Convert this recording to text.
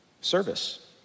service